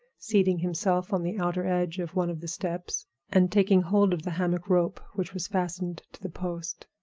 seating himself on the outer edge of one of the steps and taking hold of the hammock rope which was fastened to the post.